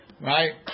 Right